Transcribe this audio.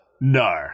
no